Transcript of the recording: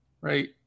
right